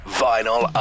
vinyl